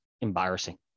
Embarrassing